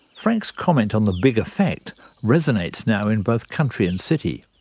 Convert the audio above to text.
frank's comment on the big effect resonates now in both country and city.